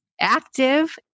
active